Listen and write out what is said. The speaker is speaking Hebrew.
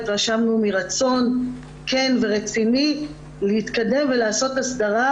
התרשמנו מרצון כן ורציני להתקדם ולעשות הסדרה,